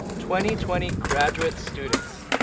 twenty twenty graduate students,